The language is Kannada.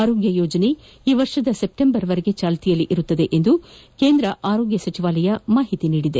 ಆರೋಗ್ಯ ಯೋಜನೆಯು ಈ ವರ್ಷದ ಸೆಪ್ಟೆಂಬರ್ವರೆಗೆ ಜಾರಿಯಲ್ಲಿರುತ್ತದೆ ಎಂದು ಕೇಂದ್ರ ಆರೋಗ್ಯ ಸಚಿವಾಲಯ ತಿಳಿಸಿದೆ